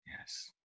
Yes